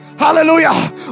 Hallelujah